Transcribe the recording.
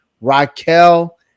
Raquel